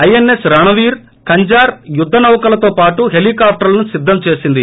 ISS Ranvir Khanjar యుద్గ నౌకలతో పాటు హెలికాప్టర్లను సిద్దం చేసింది